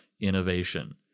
innovation